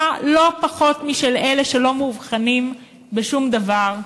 לא פחות משל אלה שלא מאובחנים בשום דבר,